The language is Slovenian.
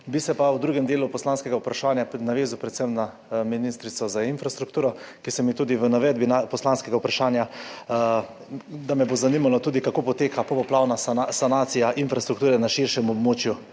Bi se pa v drugem delu poslanskega vprašanja navezal predvsem na ministrico za infrastrukturo, ki sem ji tudi v navedbi poslanskega vprašanja [napisal], da me bo zanimalo tudi to, kako poteka popoplavna sanacija infrastrukture na širšem območju